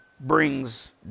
brings